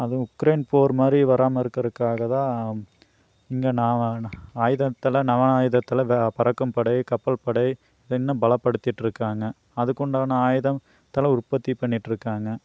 அதுவும் உக்ரைன் போர் மாதிரி வராமல் இருக்கிறதுக்காகதான் இந்த நாவ ஆயுதத்தில் நவ ஆயுதத்தில் ப பறக்கும் படை கப்பல் படை இன்னும் பலப்படுத்திட்டிருக்காங்க அதுக்குண்டான ஆயுதத்தலாம் உற்பத்தி பண்ணிட்டிருக்காங்க